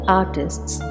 artists